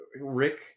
Rick